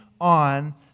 on